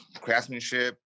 craftsmanship